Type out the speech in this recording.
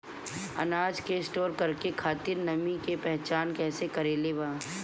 अनाज के स्टोर करके खातिर नमी के पहचान कैसे करेके बा?